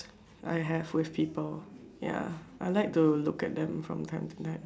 I have with people ya I like to look at them from time to time